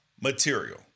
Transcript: material